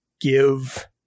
give